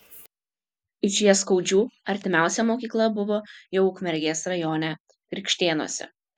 iš jaskaudžių artimiausia mokykla buvo jau ukmergės rajone krikštėnuose